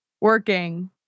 working